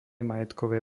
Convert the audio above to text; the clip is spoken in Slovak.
majetkové